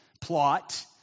plot